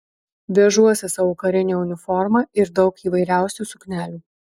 vežuosi savo karinę uniformą ir daug įvairiausių suknelių